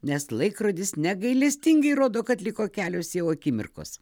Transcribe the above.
nes laikrodis negailestingai rodo kad liko kelios jau akimirkos